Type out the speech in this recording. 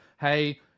hey